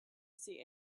see